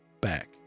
back